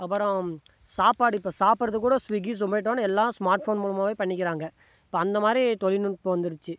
அப்புறம் சாப்பாடு இப்போ சாப்பிடுறது கூட ஸ்விக்கி ஸொமேட்டோன்னு எல்லாம் ஸ்மார்ட் ஃபோன் மூலமாகவே பண்ணிக்கிறாங்க இப்போ அந்த மாதிரி தொழில்நுட்பம் வந்துடுச்சி